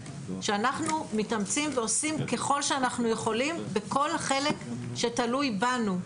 שאנחנו מתאמצים ועושים ככל שאנחנו יכולים בכל חלק שתלוי בנו.